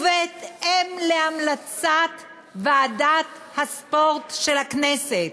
ובהתאם להמלצת ועדת הספורט של הכנסת,